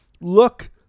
look